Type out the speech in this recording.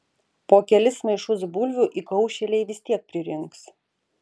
po kelis maišus bulvių įkaušėliai vis tiek pririnks